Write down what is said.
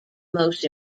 most